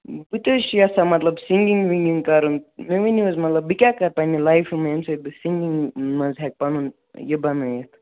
بہٕ تہِ حظ چھُس یَژھان مطلب سِنگِنٛگ وِنٛگِنٛگ کَرُن مےٚ ؤنِو حظ مطلب بہٕ کیٛاہ کَر پنٕنہِ لایفہِ ییٚمہِ سۭتۍ بہٕ سِنٛگِنٛگ منٛز ہٮ۪کہٕ پَنُن یہِ بَنٲوِتھ